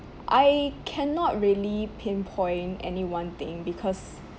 I cannot really pinpoint any one thing because